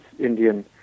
Indian